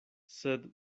sed